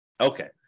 Okay